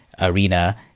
Arena